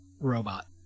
robot